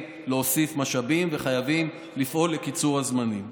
להוסיף משאבים וחייבים לפעול לקיצור הזמנים.